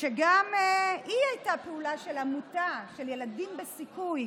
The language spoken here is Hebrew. שגם היא הייתה פעולה של עמותת ילדים בסיכוי